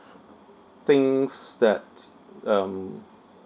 things that um